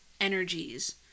energies